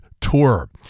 tour